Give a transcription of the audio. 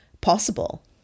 possible